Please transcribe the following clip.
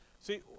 See